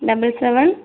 double seven